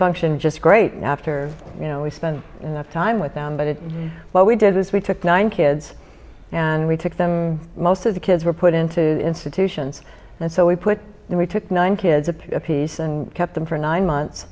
function just great after you know we spent enough time with them but what we did is we took nine kids and we took them most of the kids were put into institutions and so we put in we took nine kids apiece and kept them for nine months